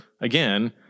again